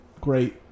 great